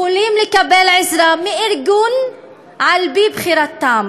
יכולים לקבל עזרה מארגון על-פי בחירתם,